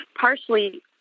partially